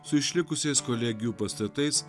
su išlikusiais kolegijų pastatais